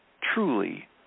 truly